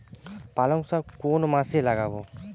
পালংশাক কোন মাসে লাগাব?